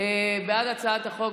בעד הצעת החוק,